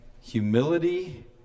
humility